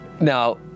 Now